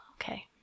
Okay